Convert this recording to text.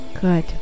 Good